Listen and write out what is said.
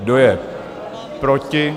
Kdo je proti?